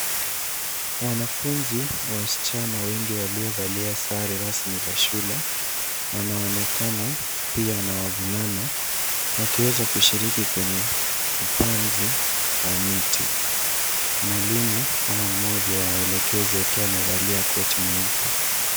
Wanafunzi wasichana wengi waliovalia sare rasmi za shule, wanaonekana pia na wavulana wakiweza kushiriki kwenye upanzi wa miti. Mwalimu au mmoja wa waelekezi akiwa amevalia koti nyeupe.